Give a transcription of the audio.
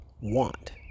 Want